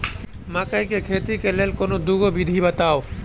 मकई केँ खेती केँ लेल कोनो दुगो विधि बताऊ?